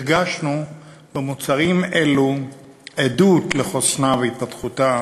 הרגשנו במוצרים אלו עדות לחוסנה והתפתחותה